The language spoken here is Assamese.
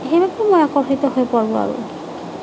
সেইবাবেই মই আকৰ্ষিত হৈ পৰোঁ আৰু